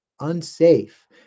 unsafe